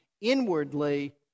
inwardly